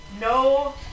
No